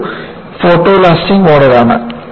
ഇതൊരു ഫോട്ടോലാസ്റ്റിക് മോഡലാണ്